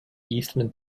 eastman